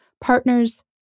Partners